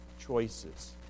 choices